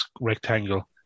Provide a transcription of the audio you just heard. rectangle